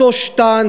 אותו שטנץ,